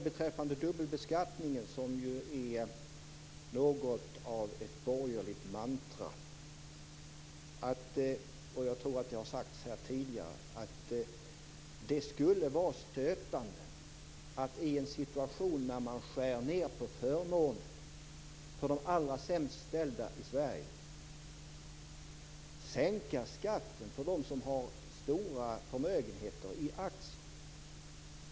Beträffande dubbelbeskattning, som ju är något av ett borgerligt mantra, vill jag säga - och jag tror att det har sagts här tidigare - att det skulle vara stötande att i en situation när man skär ned på förmånerna för de allra sämst ställda i Sverige sänka skatten för dem som har stora förmögenheter i aktier.